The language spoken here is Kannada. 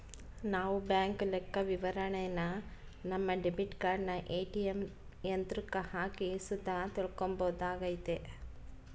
ನಾವು ಬ್ಯಾಂಕ್ ಲೆಕ್ಕವಿವರಣೆನ ನಮ್ಮ ಡೆಬಿಟ್ ಕಾರ್ಡನ ಏ.ಟಿ.ಎಮ್ ಯಂತ್ರುಕ್ಕ ಹಾಕಿ ಸುತ ತಿಳ್ಕಂಬೋದಾಗೆತೆ